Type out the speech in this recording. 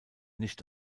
nicht